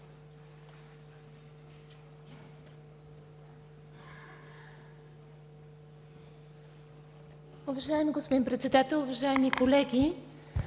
Уважаеми господин Председател, уважаеми дами